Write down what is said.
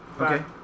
Okay